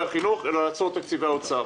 החינוך אלא לעצור את תקציבי משרד האוצר.